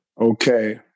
Okay